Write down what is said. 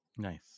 nice